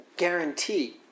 guarantee